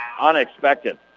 unexpected